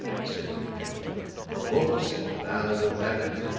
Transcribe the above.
said he to pendleton. the books! now we'll have it.